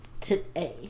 today